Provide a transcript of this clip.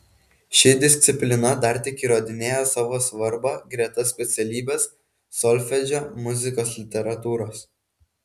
ši disciplina dar tik įrodinėja savo svarbą greta specialybės solfedžio muzikos literatūros